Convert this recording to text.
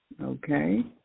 Okay